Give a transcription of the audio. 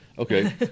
Okay